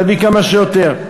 תביא כמה שיותר.